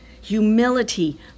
Humility